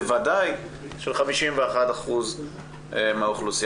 בוודאי של 51% מהאוכלוסייה.